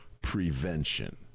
prevention